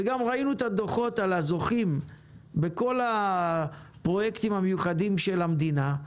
וגם ראינו את הדוחות על הזוכים בכל הפרויקטים המיוחדים של המדינה,